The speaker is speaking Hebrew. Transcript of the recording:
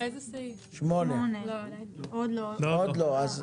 עוד לא קראנו אותו.